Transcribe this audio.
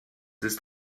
ist